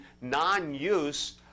non-use